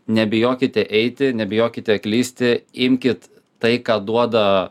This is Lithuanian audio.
nebijokite eiti nebijokite klysti imkit tai ką duoda